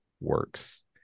Works